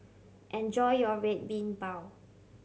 enjoy your Red Bean Bao